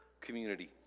community